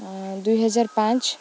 ଦୁଇହଜାର ପାଞ୍ଚ